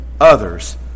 others